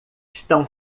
estão